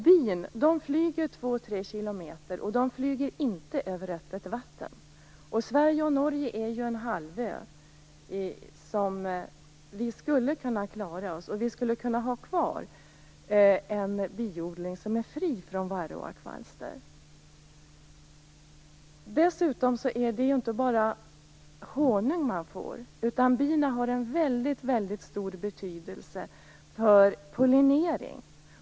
Bin flyger två tre kilometer, och de flyger inte över öppet vatten. Sverige och Norge utgör ju en halvö, och vi skulle kunna klara oss. Vi skulle kunna ha kvar en biodling som är fri från varroakvalster. Dessutom är det inte bara honung man får. Bina har också en väldigt stor betydelse för pollineringen.